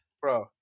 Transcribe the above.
Bro